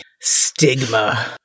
stigma